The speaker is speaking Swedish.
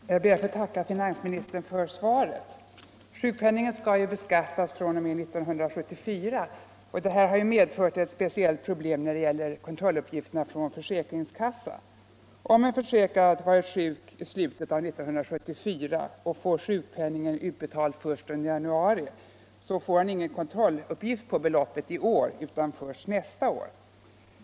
Herr talman! Jag ber att få tacka finansministern för svaret. Sjukpenningen skall ju beskattas fr.o.m. 1974. Det har medfört ett speciellt problem när det gäller kontrolluppgifterna från försäkringskassan. Om en försäkrad varit sjuk under slutet av år 1974 och får sjukpenningen utbetald först under januari får han ingen kontrolluppgift på beloppet i år utan först nästa år.